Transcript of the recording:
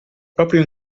proprio